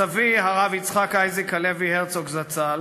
סבי, הרב יצחק אייזיק הלוי הרצוג זצ"ל,